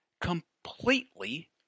completely